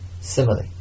simile